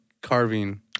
carving